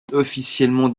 officiellement